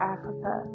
Africa